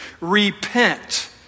repent